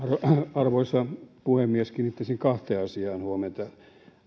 arvoisa puhemies kiinnittäisin kahteen asiaan huomiota